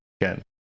again